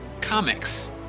comics